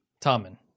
Tommen